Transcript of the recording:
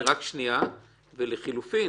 -- ולחילופין